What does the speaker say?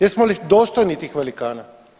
Jesmo li dostojni tih velikana?